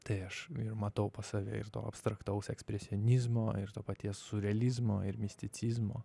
tai aš matau pas save ir to abstraktaus ekspresionizmo ir to paties siurrealizmo ir misticizmo